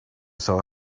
saw